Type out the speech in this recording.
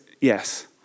yes